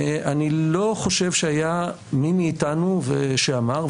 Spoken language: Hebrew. אני לא חושב שהיה מי מאיתנו שאמר,